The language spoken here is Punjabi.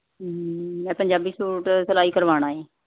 ਮੈਂ ਪੰਜਾਬੀ ਸੂਟ ਸਿਲਾਈ ਕਰਵਾਉਣਾ ਏ